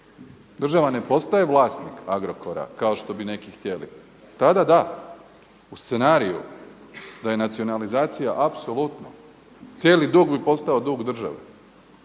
Država ne postaje vlasnik Agrokora kao što bi neki htjeli. Tada da, u scenariju da je nacionalizacija apsolutno, cijeli dug bi posto dug države,